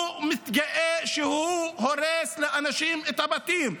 מתגאה שהוא הורס לאנשים את הבתים.